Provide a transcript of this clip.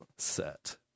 set